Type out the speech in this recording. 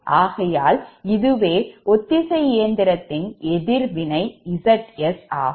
ஆகையால் இதுவே ஒத்திசை இயந்திரத்தின் எதிர்வினை Zs ஆகும்